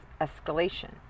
escalation